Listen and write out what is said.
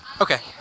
Okay